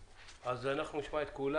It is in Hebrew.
נרצה לשמוע את כולם